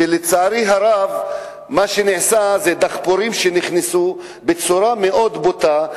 כשלצערי הרב מה שנעשה זה שדחפורים נכנסו בצורה מאוד בוטה,